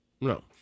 No